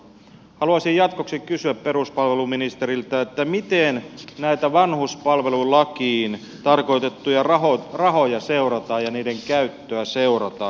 haluaisin jatkoksi kysyä peruspalveluministeriltä miten näitä vanhuspalvelulakiin tarkoitettuja rahoja ja niiden käyttöä seurataan